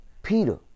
Peter